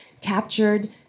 captured